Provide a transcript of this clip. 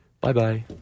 Bye-bye